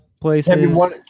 places